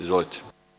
Izvolite.